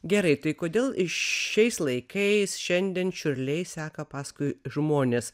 gerai tai kodėl šiais laikais šiandien čiurliai seka paskui žmones